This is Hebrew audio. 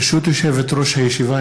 ברשות יושבת-ראש הישיבה,